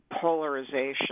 polarization